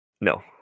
No